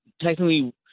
technically